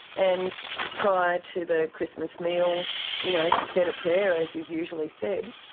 and prior to the christmas meal you know said a prayer, as is usually said,